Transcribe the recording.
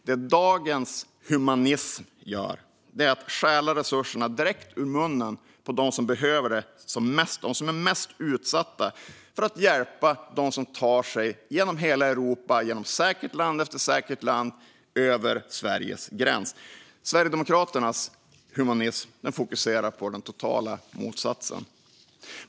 Det dagens humanism gör är att stjäla resurserna direkt ur munnen på dem som är mest utsatta för att hjälpa dem som tar sig genom hela Europa genom säkert land efter säkert land över Sveriges gräns. Sverigedemokraternas humanism fokuserar på den totala motsatsen.